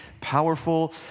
powerful